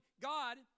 God